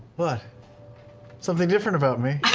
but something different about me?